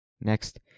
Next